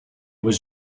was